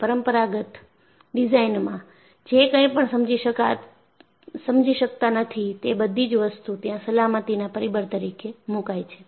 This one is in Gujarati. કે પરમપરાગત ડિઝાઇનમાં જે કંઈપણ સમજી શકતા નથી તે બધી જ વસ્તુ ત્યાં સલામતીના પરિબળ તરીકે મૂકાય છે